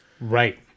Right